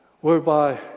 whereby